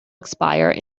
expire